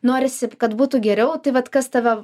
norisi kad būtų geriau tai vat kas tave